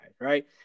right